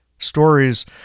Stories